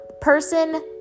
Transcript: person